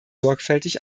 sorgfältig